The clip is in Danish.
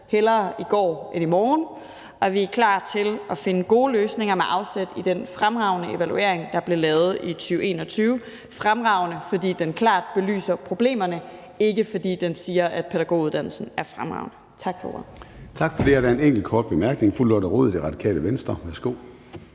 hellere i dag end i morgen, og vi er klar til at finde gode løsninger med afsæt i den fremragende evaluering, der blev lavet i 2021. Den var fremragende, fordi den klart belyser problemerne, ikke fordi den siger, at pædagoguddannelsen er fremragende. Tak for ordet.